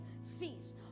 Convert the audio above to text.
cease